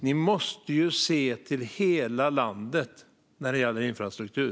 Ni måste se till hela landet när det gäller infrastruktur.